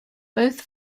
both